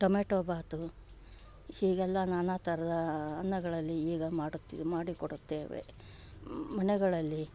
tomato ಭಾತು ಹೀಗೆಲ್ಲ ನಾನಾ ಥರದ ಅನ್ನಗಳಲ್ಲಿ ಈಗ ಮಾಡುತ್ ಮಾಡಿ ಕೊಡುತ್ತೇವೆ ಮನೆಗಳಲ್ಲಿ